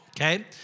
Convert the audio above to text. okay